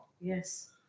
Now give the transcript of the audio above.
Yes